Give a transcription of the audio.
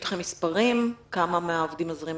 יש לכם מספרים כמה מהעובדים הזרים